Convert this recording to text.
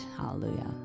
Hallelujah